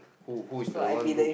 who who is the one do